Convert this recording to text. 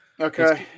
Okay